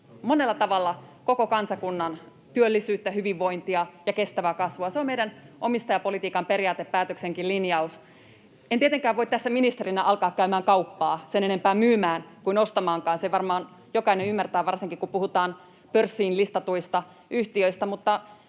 monella tavalla koko kansakunnan työllisyyttä, hyvinvointia ja kestävää kasvua. Se on meidän omistajapolitiikan periaatepäätöksenkin linjaus. En tietenkään voi tässä ministerinä alkaa käymään kauppaa, sen enempää myymään kuin ostamaankaan. Sen varmaan jokainen ymmärtää, varsinkin, kun puhutaan pörssiin listatuista yhtiöistä. Mutta